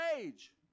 age